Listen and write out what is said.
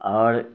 आओर